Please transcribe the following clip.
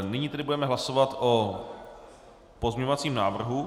Nyní tedy budeme hlasovat o pozměňovacím návrhu.